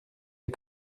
die